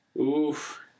Oof